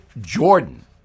Jordan